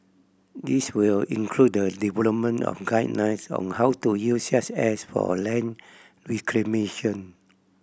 this will include the development of guidelines on how to use such ash for a land reclamation